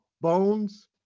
Bones